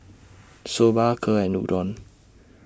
Soba Kheer and Udon